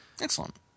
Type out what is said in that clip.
Excellent